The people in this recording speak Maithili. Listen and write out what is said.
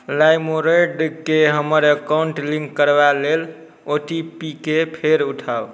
लाइमरोड केँ हमर अकाउंट लिंक करबा लेल ओ टी पी केँ फेर पठाउ